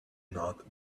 not